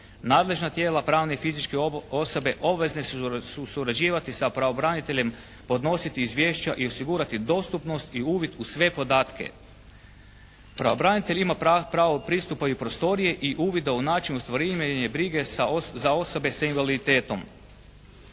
Nadležna tijela pravne i fizičke osobe obvezne su surađivati sa pravobraniteljem, podnositi izvješća i osigurati dostupnost i uvid u sve podatke. Pravobranitelj ima pravo pristupa u prostorije i uvid u način ostvarivanja brige za osobe sa invaliditetom.